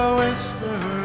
whisper